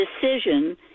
decision